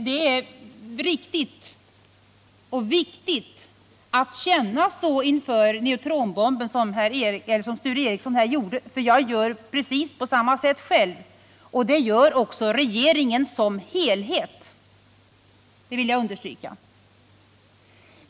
Det är riktigt och viktigt att man inför neutronbomben känner så som Sture Ericson gör. Jag känner på precis samma sätt själv, och det gör också regeringen som helhet. Det vill jag understryka.